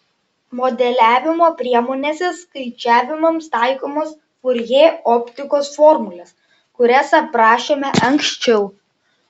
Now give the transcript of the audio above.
modeliavimo priemonėse skaičiavimams taikomos furjė optikos formulės kurias aprašėme anksčiau